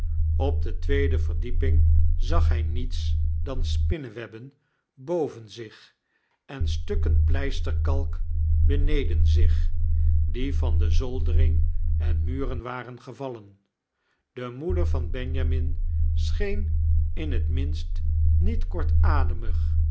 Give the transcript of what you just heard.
op de tweede verdieping zag hj niets dan spinnewebben boven zich en stukken pleisterkalk beneden zich die van de zoldering en muren waren gevallen de moeder van benjamin scheen in t minst niet